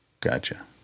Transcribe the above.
Gotcha